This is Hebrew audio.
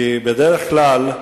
כי בדרך כלל,